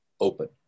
open